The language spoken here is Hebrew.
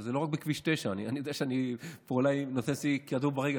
אבל זה לא רק בכביש 9. אני יודע שאני אולי נותן לעצמי פה כדור ברגל,